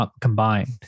combined